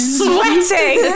sweating